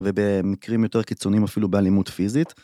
ובמקרים יותר קיצוניים אפילו באלימות פיזית.